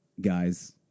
guys